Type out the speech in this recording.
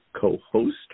co-host